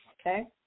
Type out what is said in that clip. okay